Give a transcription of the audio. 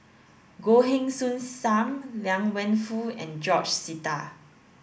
Goh Heng Soon Sam Liang Wenfu and George Sita